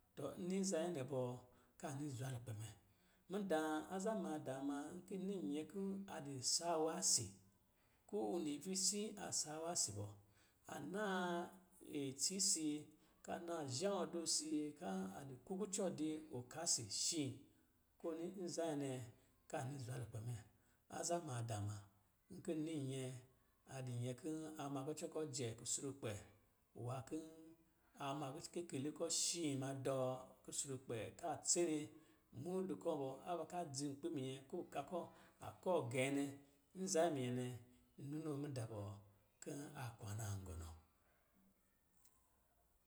Tɔ, n ni nza nyɛ nɛ bɔ, ka ni zwa lukpɛ mɛ. Mudaa, aza maadaa ma, nki ni nyɛ kɔ̄ a di saawa si, ko wini visii a saawa si bɔ, a naa itsi si lka na zhawɔ̄ di si, ka a di ɔka si shi, ko ni nza nyɛ nɛ, ka ni zwa lukpɛ mɛ. Aza maadaa ma, nki ni nyɛ a di nyɛ kii a ma kucɔ kɔ̄ jɛ kusurkpɛ, nura kɔ̄ a ma kikelo kɔ̄ shii ma dɔɔ kusurkpɛ, ka tsene mundu kɔ bɔ, ava ka dzi nkpi minyɛ kɔ ka kɔ a kɔɔ gɛɛnɛ, nza minyɛ nɛ, nnoo mudaa bɔɔ kɔ̄ a kwanaan gɔ nɔ